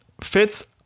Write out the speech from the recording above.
fits